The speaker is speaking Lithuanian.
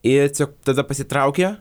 ir tiesiog tada pasitraukia